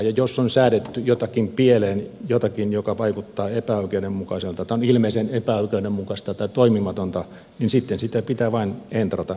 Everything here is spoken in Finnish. jos on säädetty jotakin pieleen jotakin mikä vaikuttaa epäoikeudenmukaiselta tai on ilmeisen epäoikeudenmukaista tai toimimatonta niin sitten sitä pitää vain entrata